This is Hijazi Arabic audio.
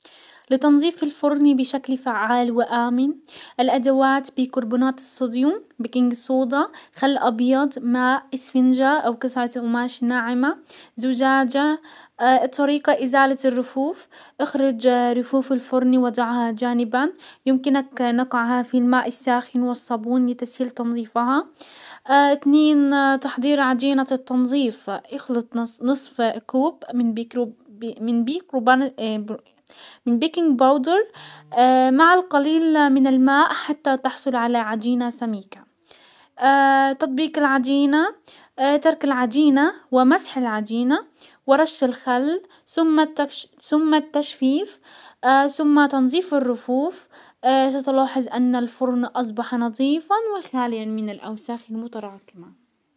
لتنزيف الفرن بشكل فعال وامن، الادوات بيكربونات الصوديوم، بيكنج صودا، خل ابيض، ماء، اسفنجة او قطعة قماش ناعمة، زجاجة. طريقة، ازالة الرفوف اخرج رفوف الفرن وضعها جانبا، يمكنك نقعها في الماء الساخن والصابون لتسهيل تنظيفها. اتنين تحضير عجينة التنظيف، اخلط نصف كوب -من ميكروب- من بيكروبا - من بيكنج باودر مع القليل من الماء حتى تحصل على عجينة سميكة ، تطبيق العجينة ترك العجينة ومسح العجينة ورش الخل سم- سم التجفيف سم تنزيف الرفوف ستلاحز ان الفرن اصبح نظيفا وخاليا من الاوساخ المتراكمة.